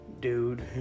Dude